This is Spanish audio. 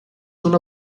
una